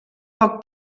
poc